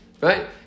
right